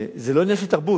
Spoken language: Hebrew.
זה לא עניין של תרבות.